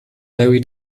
very